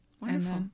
Wonderful